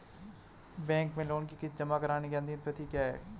Bank में loan की किश्त जमा कराने की अंतिम तिथि क्या है?